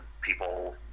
people